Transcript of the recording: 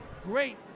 Great